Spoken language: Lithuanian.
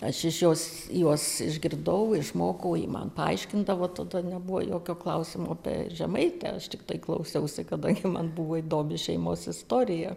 aš iš jos juos išgirdau išmokau ji man paaiškindavo tada nebuvo jokio klausimo apie žemaitę aš tiktai klausiausi kada man buvo įdomi šeimos istorija